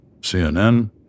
CNN